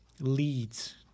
leads